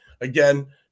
again